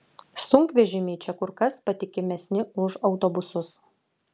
sunkvežimiai čia kur kas patikimesni už autobusus